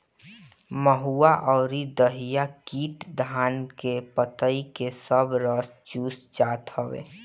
महुआ अउरी दहिया कीट धान के पतइ के सब रस चूस जात हवे